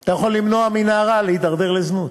אתה יכול למנוע מנערה להידרדר לזנות,